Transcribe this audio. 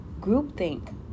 groupthink